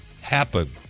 happen